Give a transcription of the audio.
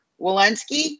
Walensky